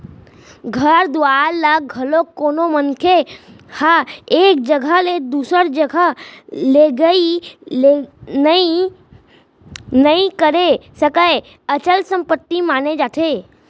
घर दुवार ल घलोक कोनो मनखे ह एक जघा ले दूसर जघा लेगई लनई नइ करे सकय, अचल संपत्ति माने जाथे